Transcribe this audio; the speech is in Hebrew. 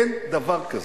אין דבר כזה,